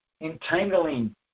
entangling